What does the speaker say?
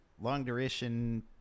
long-duration